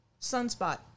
Sunspot